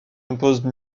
imposent